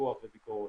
פיקוח וביקורת.